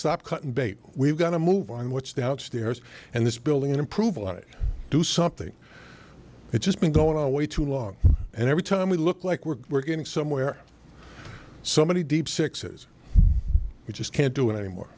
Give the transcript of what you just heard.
stop cutting bait we've got to move on what's the house stairs and this building and improve on it do something it's just been going on way too long and every time we look like we're we're getting somewhere so many deep sixes you just can't do it anymore